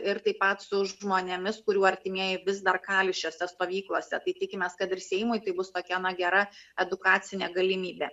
ir taip pat su žmonėmis kurių artimieji vis dar kali šiose stovyklose tai tikimės kad ir seimui tai bus tokia na gera edukacinė galimybė